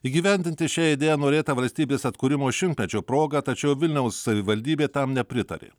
įgyvendinti šią idėją norėta valstybės atkūrimo šimtmečio proga tačiau vilniaus savivaldybė tam nepritarė